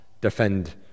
defend